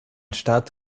staat